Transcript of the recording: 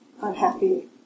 unhappy